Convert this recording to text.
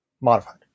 modified